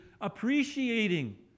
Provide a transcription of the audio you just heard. appreciating